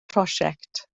prosiect